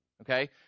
Okay